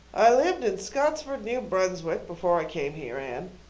i lived in scottsford, new brunswick, before i came here, anne.